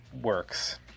works